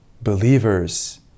believers